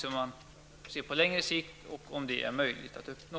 Men vi får på längre sikt se om detta är möjligt att uppnå.